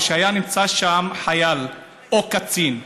או היה נמצא שם חייל או קצין,